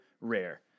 rare